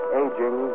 aging